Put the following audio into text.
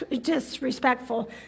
disrespectful